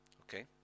okay